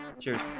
Cheers